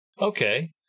Okay